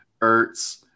Ertz